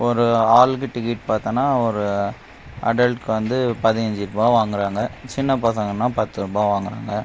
ஒரு ஆளுக்கு டிக்கெட் பார்த்தோனா ஒரு அடெல்ட்க்கு வந்து பதினஞ்சுரூபா வாங்குகிறாங்க சின்ன பசங்கனா பத்து ரூபா வாங்குகிறாங்க